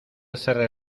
cerré